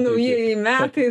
naujieji metai